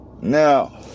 Now